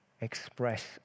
express